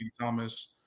Thomas